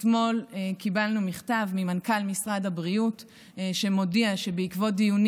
אתמול קיבלנו מכתב ממנכ"ל משרד הבריאות שמודיע שבעקבות דיונים